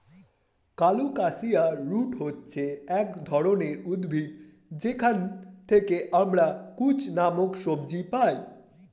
colocasia root হচ্ছে এক ধরনের উদ্ভিদ যেখান থেকে আমরা কচু নামক সবজি পাই